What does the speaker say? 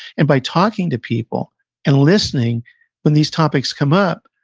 and by talking to people and listening when these topics come up,